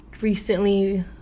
recently